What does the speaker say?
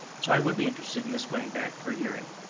so i would be interested in this going back for a hearing.